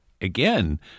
again